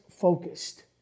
focused